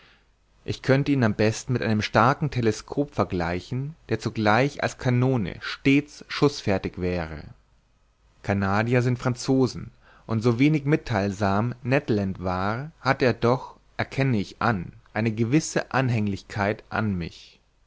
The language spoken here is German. ich könnte ihn am besten mit einem starken teleskop vergleichen der zugleich als kanone stets schußfertig wäre canadier sind franzosen und so wenig mittheilsam ned land war hatte er doch erkenne ich an eine gewisse anhänglichkeit an mich